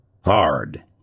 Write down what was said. Hard